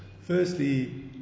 Firstly